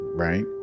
Right